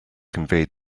conveyed